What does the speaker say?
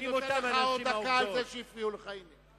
אני נותן לך עוד דקה על זה שהפריעו לך, הנה.